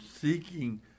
seeking